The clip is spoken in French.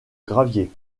gravier